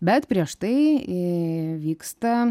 bet prieš tai vyksta